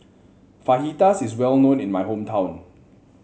Fajitas is well known in my hometown